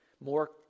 more